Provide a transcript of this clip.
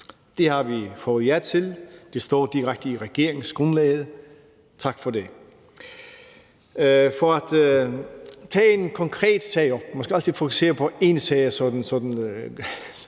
Det har vi fået ja til, og det står direkte i regeringsgrundlaget. Tak for det. Man skal altid fokusere på én sag, så det